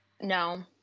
No